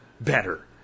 better